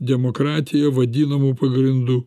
demokratija vadinama pagrindų